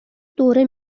دوره